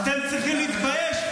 אתם צריכים להתבייש.